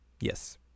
Yes